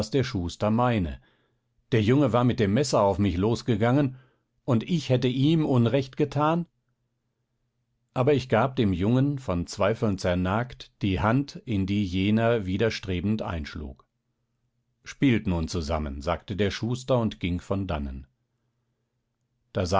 der schuster meine der junge war mit dem messer auf mich losgegangen und ich hätte ihm unrecht getan aber ich gab dem jungen von zweifeln zernagt die hand in die jener widerstrebend einschlug spielt nun zusammen sagte der schuster und ging von dannen